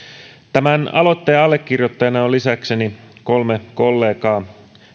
tämän aloitteen allekirjoittajina on lisäkseni kolme kollegaa